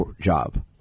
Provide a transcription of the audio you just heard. job